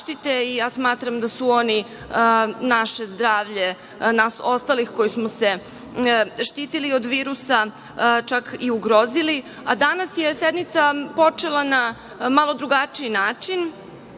i ja smatram da su oni naše zdravlje, nas ostalih koji smo se štitili od virusa, čak i ugrozili. Danas je sednica počela na malo drugačiji način.